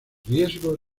riesgo